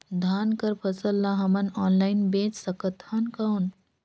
धान कर फसल ल हमन ऑनलाइन बेच सकथन कौन?